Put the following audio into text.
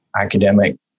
academic